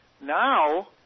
Now